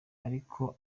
ariko